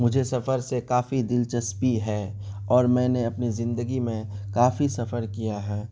مجھے سفر سے کافی دلچسپی ہے اور میں نے اپنی زندگی میں کافی سفر کیا ہے